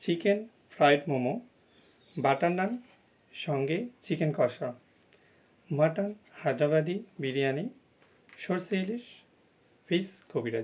chicken fried momo butter naan সঙ্গে chicken কষা mutton Hyderabadi biryani সরষে ইলিশ ফিস কবিরাজি